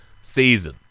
season